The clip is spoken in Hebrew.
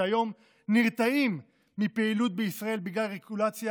שכיום נרתעים מפעילות בישראל בשל רגולציה